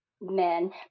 men